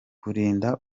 kurinda